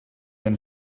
and